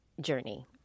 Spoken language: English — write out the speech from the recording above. journey